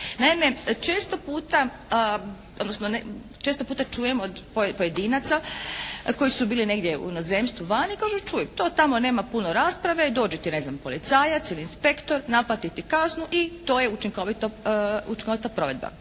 odnosno često puta čujemo od pojedinaca koji su bili negdje u inozemstvu, vani, kažu čuj, to tamo nema puno rasprave, dođe ti ne znam policajac ili inspektor, naplati ti kaznu i to je učinkovita provedba.